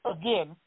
again